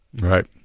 right